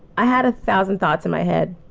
i had a thousand thoughts in my head.